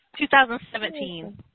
2017